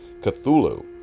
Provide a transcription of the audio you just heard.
Cthulhu